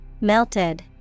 Melted